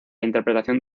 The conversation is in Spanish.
interpretación